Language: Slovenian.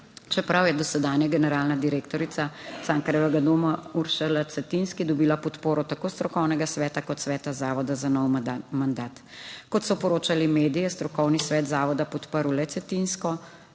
čeprav je dosedanja generalna direktorica Cankarjevega doma Uršula Cetinski dobila podporo tako strokovnega sveta kot sveta zavoda za nov mandat. Kot so poročali mediji, je strokovni svet zavoda podprl le